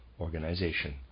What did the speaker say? organization